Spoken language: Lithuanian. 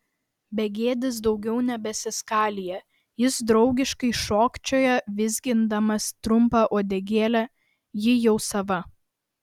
begėdis daugiau nebeskalija jis draugiškai šokčioja vizgindamas trumpą uodegėlę ji jau sava